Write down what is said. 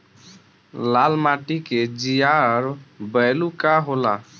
लाल माटी के जीआर बैलू का होला?